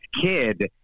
kid